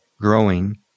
growing